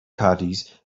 caddies